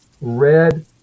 red